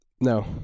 no